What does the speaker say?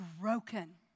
broken